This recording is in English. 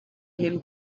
him